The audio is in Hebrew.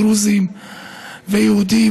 דרוזים ויהודים,